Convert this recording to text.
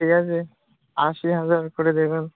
ঠিক আছে আশি হাজার করে দেবেন